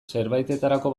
zerbaitetarako